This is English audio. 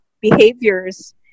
behaviors